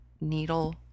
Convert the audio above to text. needle